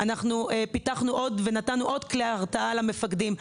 אנחנו פיתחנו ונתנו עוד כלי הרתעה למפקדים.